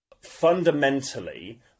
fundamentally